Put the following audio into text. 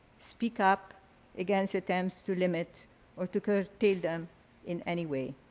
speak up against attempts to limit or to curtail them in any way.